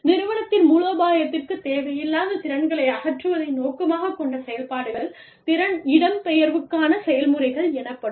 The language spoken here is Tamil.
நிறுவனத்தின் மூலோபாயத்திற்கு தேவையில்லாத திறன்களை அகற்றுவதை நோக்கமாகக் கொண்ட செயல்பாடுகள் திறன் இடம்பெயர்வுக்கான செயல்முறைகள் எனப்படும்